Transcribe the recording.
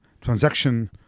transaction